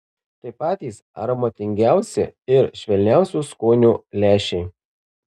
tai patys aromatingiausi ir švelniausio skonio lęšiai